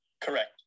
Correct